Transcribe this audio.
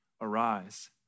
Arise